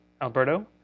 Alberto